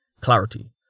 Clarity